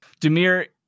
Demir